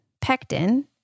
pectin